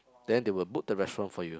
then they will book the restaurant for you